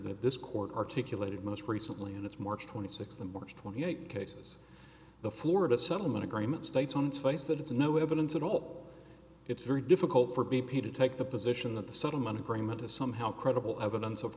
that this court articulated most recently in its march twenty sixth of march twenty eight cases the florida settlement agreement states on twice that it's no evidence at all it's very difficult for b p to take the position that the settlement agreement is somehow credible evidence of